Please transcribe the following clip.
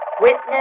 Witness